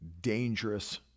dangerous